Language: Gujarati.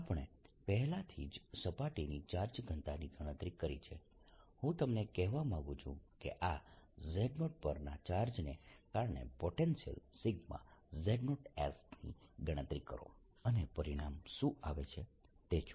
આપણે પહેલાથી જ સપાટીની ચાર્જ ઘનતાની ગણતરી કરી છે હું તમને કહેવા માંગું છું કે આ z0 પરના ચાર્જને કારણે પોટેન્શિયલ Z0 ની ગણતરી કરો અને પરિણામ શું આવે છે તે જુઓ